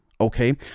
okay